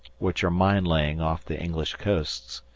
which are mine-laying off the english coasts.